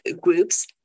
groups